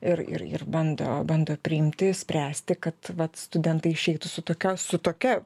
ir ir ir bando bando priimti spręsti kad vat studentai išeitų su tokia su tokia